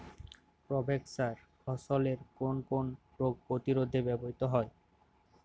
Provex সার ফসলের কোন কোন রোগ প্রতিরোধে ব্যবহৃত হয়?